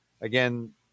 again